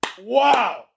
Wow